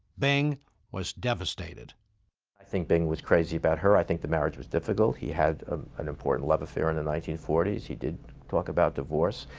bing was devastated. giddins i think bing was crazy about her. i think the marriage was difficult, he had ah an important love affair in the nineteen forty s, he did talk about divorce,